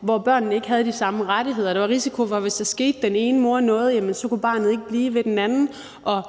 hvor barnet ikke havde de samme rettigheder. Der var risiko for, at hvis der skete den ene mor noget, så kunne barnet ikke blive ved den anden. Og